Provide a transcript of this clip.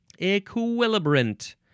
equilibrant